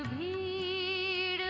e